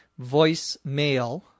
Voicemail